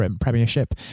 premiership